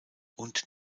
und